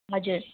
हजुर